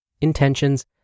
intentions